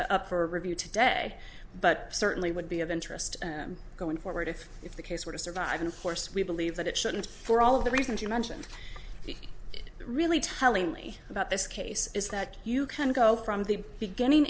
for review today but certainly would be of interest going forward if the case were to survive and of course we believe that it shouldn't for all of the reasons you mentioned it really telling me about this case is that you can go from the beginning